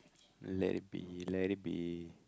let it be let it be